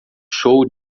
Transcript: show